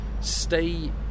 Stay